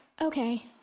Okay